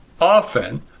Often